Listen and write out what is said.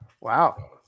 Wow